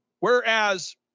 Whereas